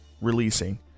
releasing